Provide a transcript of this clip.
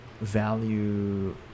value